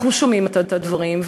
אנחנו שומעים את הדברים,